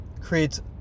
creates